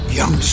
young